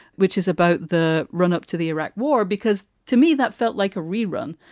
which is about the run up to the iraq war, because to me, that felt like a rerun.